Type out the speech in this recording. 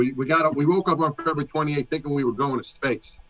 we we got up. we woke up on october twenty eight thinking we were going to space.